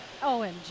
OMG